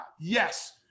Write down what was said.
Yes